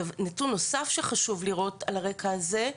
נתון נוסף שחשוב לראות על הרקע הזה,